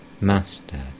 Master